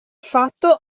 fatto